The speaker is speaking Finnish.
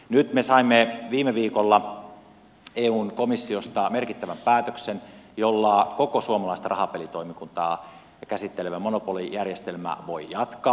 nyt me saimme viime viikolla eun komissiosta merkittävän päätöksen jolla koko suomalaista rahapelitoimikuntaa käsittelevä monopolijärjestelmä voi jatkaa